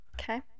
Okay